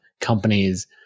companies